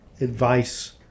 advice